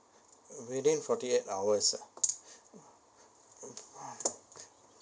within forty eight hours ah